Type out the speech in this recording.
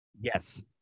Yes